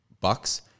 Bucks